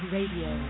Radio